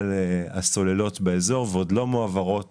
על הסוללות באזור והן עוד לא מועברות